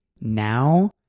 now